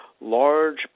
Large